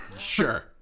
Sure